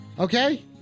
Okay